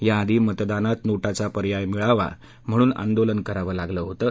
याआधी मतदानात नोटाचा पर्याय मिळावा म्हणून आंदोलनं करावं लागलं होतं